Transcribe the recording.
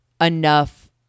enough